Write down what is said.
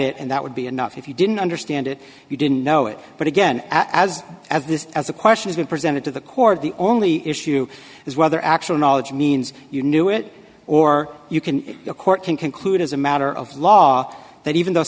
it and that would be enough if you didn't understand it you didn't know it but again as as this as a question has been presented to the court the only issue is whether actual knowledge means you knew it or you can the court can conclude as a matter of law that even though